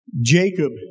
Jacob